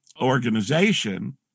organization